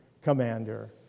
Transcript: commander